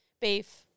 beef